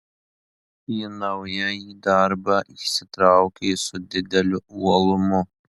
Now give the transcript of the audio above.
į naująjį darbą įsitraukė su dideliu uolumu